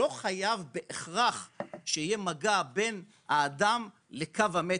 לא חייב בהכרח שיהיה מגע בין האדם לקו המתח.